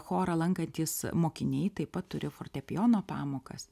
chorą lankantys mokiniai taip pat turi fortepijono pamokas